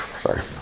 Sorry